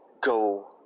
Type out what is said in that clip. go